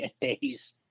days